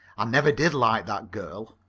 i never did like that girl.